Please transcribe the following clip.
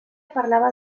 parlava